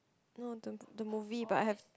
no the the movie but I have